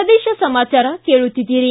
ಪ್ರದೇಶ ಸಮಾಚಾರ ಕೇಳುತ್ತಿದ್ದೀರಿ